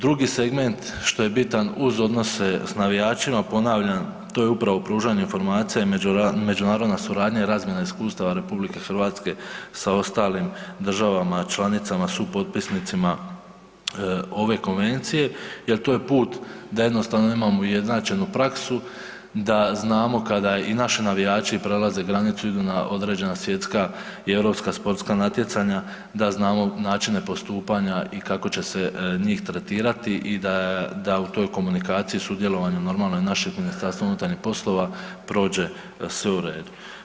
Drugi segment što je bitan uz odnose sa navijačima, ponavljam, to je upravo pružanje informacija i međunarodna suradnja i razmjena iskustava RH sa ostalim državama članicama, supotpisnicima ove konvencije jer to je put da jednostavno imamo ujednačenu praksu, da znamo i kada naši navijači prelaze granicu, idu na određena svjetska i europska sportska natjecanja, da znamo načine postupanja i kako će se njih tretirati i da u toj komunikaciji i sudjelovanju normalno, i našem MUP-u prođe sve u redu.